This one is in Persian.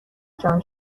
جان